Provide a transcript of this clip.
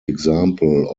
example